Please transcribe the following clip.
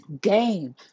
game